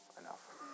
enough